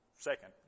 Second